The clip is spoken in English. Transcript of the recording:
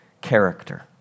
character